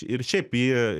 ir šiaip ji